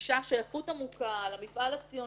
בשייכות עמוקה למפעל הציוני,